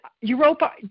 Europa